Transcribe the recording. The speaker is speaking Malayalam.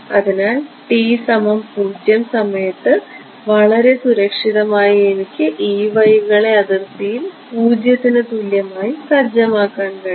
അതിനാൽ t 0 സമയത്ത് വളരെ സുരക്ഷിതമായി എനിക്ക് കളെ അതിർത്തിയിൽ പൂജ്യത്തിന് തുല്യമായി സജ്ജമാക്കാൻ കഴിയും